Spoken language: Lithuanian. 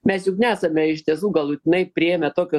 mes juk nesame iš tiesų galutinai priėmę tokio